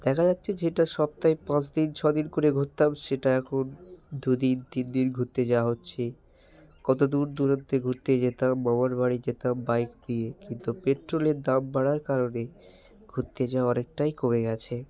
দেখা যাচ্ছে যেটা সপ্তাহে পাঁচ দিন ছদিন করে ঘুরতাম সেটা এখন দুদিন তিন দিন ঘুরতে যাওয়া হচ্ছে কত দূরদূরান্তে ঘুরতে যেতাম মামার বাড়ি যেতাম বাইক নিয়ে কিন্তু পেট্রোলের দাম বাড়ার কারণে ঘুরতে যাওয়া অনেকটাই কমে গিয়েছে